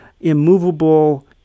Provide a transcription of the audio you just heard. immovable